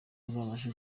azabashe